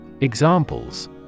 Examples